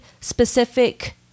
specific